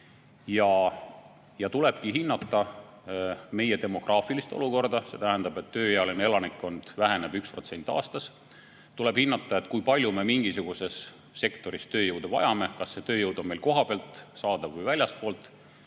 Tulebki hinnata meie demograafilist olukorda. Tööealine elanikkond väheneb 1% aastas ja tuleb hinnata, kui palju me mingisuguses sektoris tööjõudu vajame, kas see tööjõud on meil kohapealt saadav või väljastpoolt,